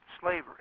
slavery